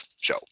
show